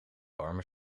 warme